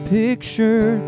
picture